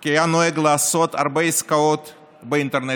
כי היה נוהג לעשות הרבה עסקאות באינטרנט,